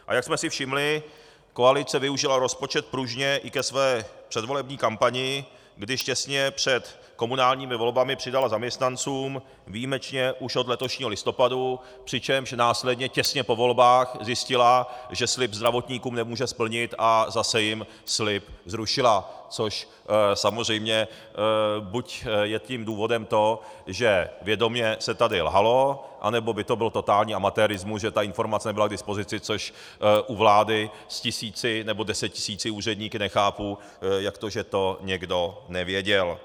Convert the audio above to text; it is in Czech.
A jak jsme si všimli, koalice využila rozpočet pružně i ke své předvolební kampani, když těsně před komunálními volbami přidala zaměstnancům výjimečně už od letošního listopadu, přičemž následně těsně po volbách zjistila, že slib zdravotníkům nemůže splnit, a zase jim slib zrušila, pro což samozřejmě buď je důvodem to, že vědomě se tady lhalo, anebo by to byl totální amatérismus, že ta informace nebyla k dispozici, což u vlády s tisíci nebo desetitisíci úředníky nechápu, jak to, že to někdo nevěděl.